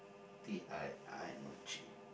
T I N G